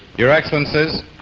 your excellencies,